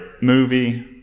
movie